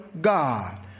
God